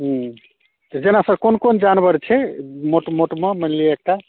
हूँ जेना सर कोन कोन जानवर छै मोट मोटमे मानि लिअ एकटा